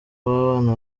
w’abana